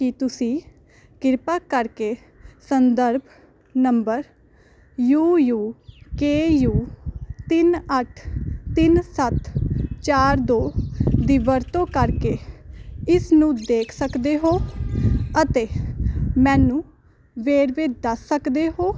ਕੀ ਤੁਸੀਂ ਕਿਰਪਾ ਕਰਕੇ ਸੰਦਰਭ number U U K U ਤਿੰਨ ਅੱਠ ਤਿੰਨ ਸੱਤ ਚਾਰ ਦੋ ਦੀ ਵਰਤੋਂ ਕਰਕੇ ਇਸ ਨੂੰ ਦੇਖ ਸਕਦੇ ਹੋ ਅਤੇ ਮੈਨੂੰ ਵੇਰਵੇ ਦੱਸ ਸਕਦੇ ਹੋ